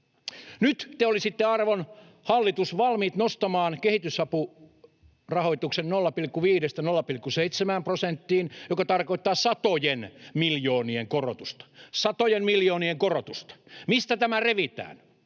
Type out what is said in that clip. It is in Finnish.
Nyt te olisitte, arvon hallitus, valmiit nostamaan kehitysapurahoituksen 0,5:stä 0,7 prosenttiin, joka tarkoittaa satojen miljoonien korotusta — satojen miljoonien korotusta. Mistä tämä revitään?